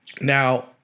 now